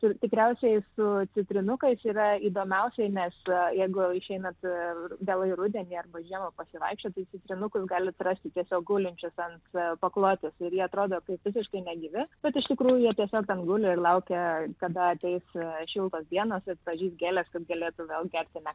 ir tikriausiai su citrinukais yra įdomiausiai nes jeigu išeinat vėlai rudenį arba žiemą pasivaikščioti tai citrinukus galit rasti tiesiog gulinčius ant paklotės ir jie atrodo kaip vaikiškai negyvi bet iš tikrųjų jie tiesiog ten guli ir laukia kada ateis šiltos dienos ir pražys gėlės kad galėtų vėl gerti naktį